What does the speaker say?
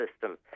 system